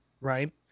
right